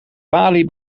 balie